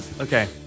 Okay